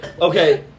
Okay